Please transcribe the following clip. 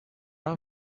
our